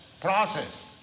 process